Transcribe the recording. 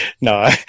No